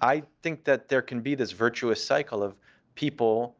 i think that there can be this virtuous cycle of people